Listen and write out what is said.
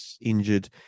injured